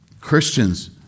Christians